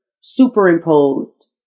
superimposed